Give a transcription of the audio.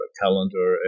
calendar